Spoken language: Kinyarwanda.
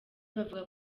bavuga